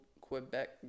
quebec